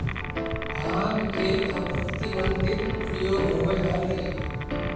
भाँग के अप्रतिबंधित प्रयोग होवऽ हलई